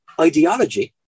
Ideology